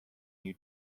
new